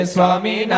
Swami